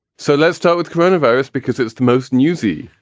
so let's start with coronavirus, because it's the most newsy,